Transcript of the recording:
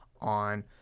on